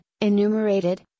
enumerated